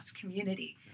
community